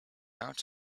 out